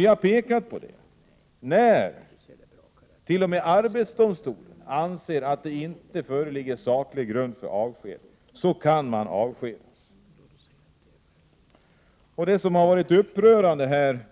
Vi har pekat på att när t.o.m. arbetsdomstolen anser att det inte föreligger saklig grund för avsked, så kan arbetsgivaren ändå avskeda. Något som har varit upprörande ända